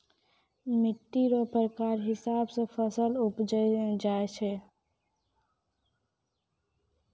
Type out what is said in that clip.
मिट्टी रो प्रकार हिसाब से फसल उपजैलो जाय छै